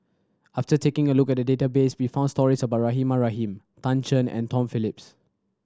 after taking a look at the database we found stories about Rahimah Rahim Tan Shen and Tom Phillips